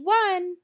one